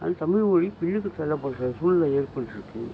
ஆனால் தமிழ் மொழி பின்னுக்கு தள்ளப்படுற சூழ்நிலை ஏற்பட்டிருக்கு